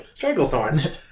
Stranglethorn